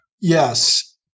Yes